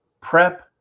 Prep